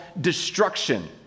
destruction